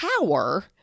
power